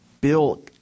Bill